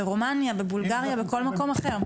ברומניה, בבולגריה, בכל מקום אחר.